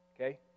Okay